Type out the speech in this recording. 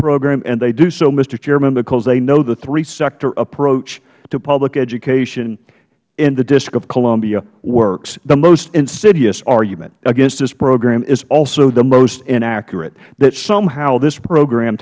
program and they do so mister chairman because they know the three sector approach to public education in the district of columbia works the most insidious argument against this program is also the most inaccurate that somehow this program